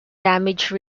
damage